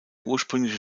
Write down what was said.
ursprüngliche